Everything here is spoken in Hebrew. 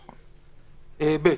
(ב)